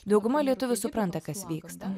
dauguma lietuvių supranta kas vyksta